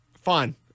Fine